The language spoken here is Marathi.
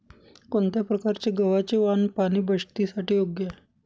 कोणत्या प्रकारचे गव्हाचे वाण पाणी बचतीसाठी योग्य आहे?